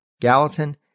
Gallatin